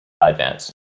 advance